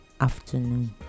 afternoon